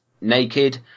naked